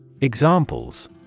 Examples